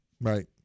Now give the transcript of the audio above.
Right